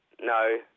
No